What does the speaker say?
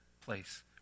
place